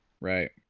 Right